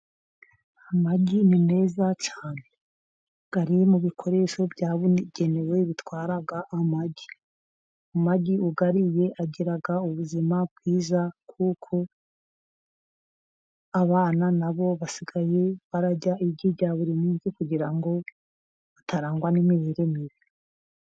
Amagi ni meza cyane, ari mu bikoresho byabugenewe bitwara amagi, amagi uyariye ugira ubuzima bwiza, kuko abana nabo basigaye bararya igi rya buri munsi, kugira ngo batarangwa n'imirire mibi.